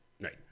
Right